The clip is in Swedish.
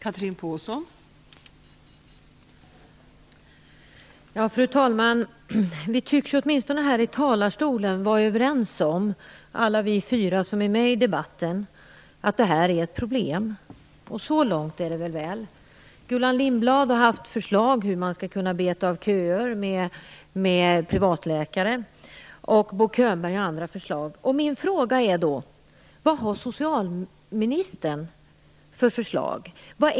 Fru talman! Vi fyra som är med i denna debatt tycks åtminstone här i talarstolen vara överens om att detta är ett problem. Så långt är det väl. Gullan Lindblad har haft förslag på hur man skall beta av köer med privatläkare. Bo Könberg har haft andra förslag.